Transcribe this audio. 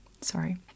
Sorry